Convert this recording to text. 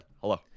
Hello